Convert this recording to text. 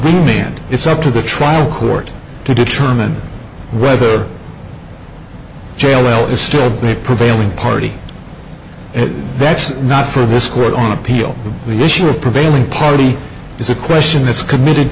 me and it's up to the trial court to determine whether jail is still made prevailing party and that's not for this court on appeal to the issue of prevailing party is a question that's committed